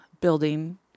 building